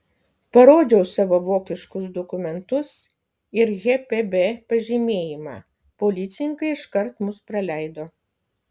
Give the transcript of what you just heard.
parodžiau savo vokiškus dokumentus ir hpb pažymėjimą policininkai iškart mus praleido